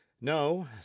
No